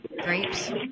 Grapes